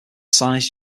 sized